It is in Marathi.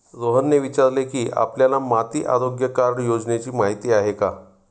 रोहनने विचारले की, आपल्याला माती आरोग्य कार्ड योजनेची माहिती आहे का?